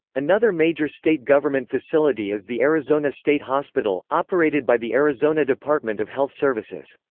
another major state government facility is the arizona state hospital, operated by the arizona department of health services.